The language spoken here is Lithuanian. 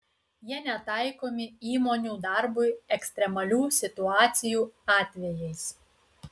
jie netaikomi įmonių darbui ekstremalių situacijų atvejais